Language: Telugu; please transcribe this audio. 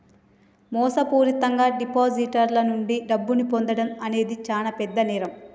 మోసపూరితంగా డిపాజిటర్ల నుండి డబ్బును పొందడం అనేది చానా పెద్ద నేరం